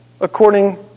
according